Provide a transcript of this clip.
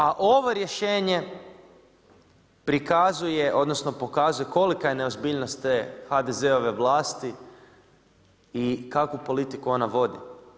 A ovo rješenje prikazuje, odnosno pokazuje kolika je neozbiljnost te HDZ-ove vlasti i kakvu politiku ona vodi.